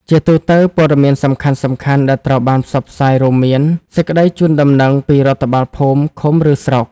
ជាទូទៅ ព័ត៌មានសំខាន់ៗដែលត្រូវបានផ្សព្វផ្សាយរួមមាន សេចក្ដីជូនដំណឹងពីរដ្ឋបាលភូមិ ឃុំ ឬស្រុក។